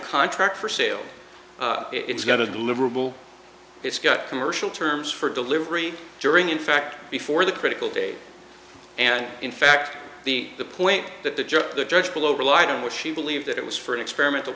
contract for sale it's going to deliverable it's got commercial terms for delivery during in fact before the critical date and in fact the the point that the judge the judge below relied on was she believed that it was for experimental